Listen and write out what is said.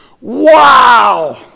Wow